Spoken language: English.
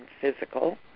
physical